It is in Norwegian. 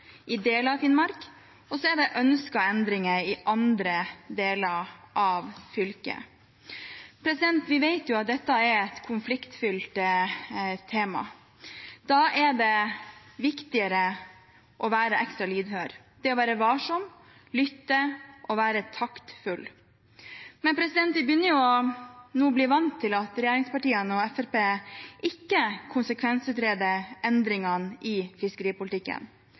i deler av Finnmark, mens endringene er ønsket i andre deler av fylket. Vi vet at dette er et konfliktfylt tema, og da er det viktig å være ekstra lydhør, være varsom, lytte og være taktfull. Men vi begynner nå å bli vant til at regjeringspartiene og Fremskrittspartiet ikke konsekvensutreder endringer i fiskeripolitikken,